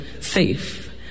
safe